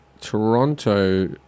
Toronto